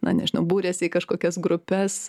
na nežinau buriasi į kažkokias grupes